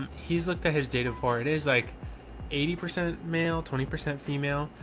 he's looked at his data for it is like eighty percent male, twenty percent female.